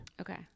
Okay